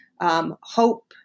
hope